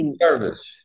service